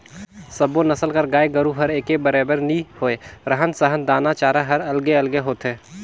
सब्बो नसल कर गाय गोरु हर एके बरोबर नी होय, रहन सहन, दाना चारा हर अलगे अलगे होथे